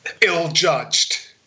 ill-judged